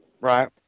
Right